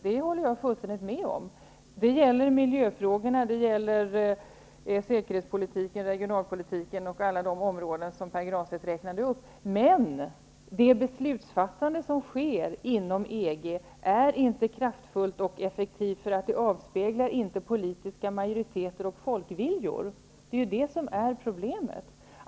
Det håller jag fullständigt med om. Det gäller miljöfrågorna, säkerhetspolitiken, regionalpolitiken och alla de områden som Pär Granstedt räknade upp, men det beslutsfattande som sker inom EG är inte kraftfullt och effektivt. Det avspeglar inte politiska majoriteter och folkviljor. Det är problemet.